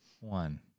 one